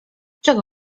czego